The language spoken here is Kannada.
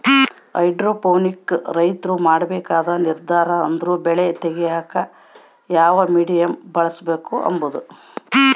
ಹೈಡ್ರೋಪೋನಿಕ್ ರೈತ್ರು ಮಾಡ್ಬೇಕಾದ ನಿರ್ದಾರ ಅಂದ್ರ ಬೆಳೆ ತೆಗ್ಯೇಕ ಯಾವ ಮೀಡಿಯಮ್ ಬಳುಸ್ಬಕು ಅಂಬದು